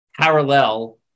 parallel